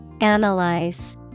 Analyze